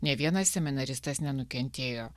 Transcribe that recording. nė vienas seminaristas nenukentėjo